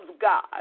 God